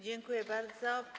Dziękuję bardzo.